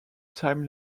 time